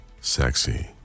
Sexy